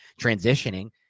transitioning